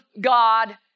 God